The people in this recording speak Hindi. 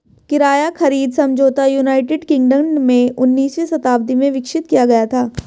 किराया खरीद समझौता यूनाइटेड किंगडम में उन्नीसवीं शताब्दी में विकसित किया गया था